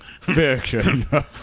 Fiction